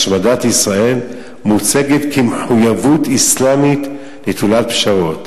השמדת ישראל מוצגת כמחויבות אסלאמית נטולת פשרות.